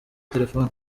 terefone